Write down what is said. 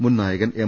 മുൻ നായകൻ എം